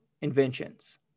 inventions